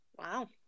Wow